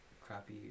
crappy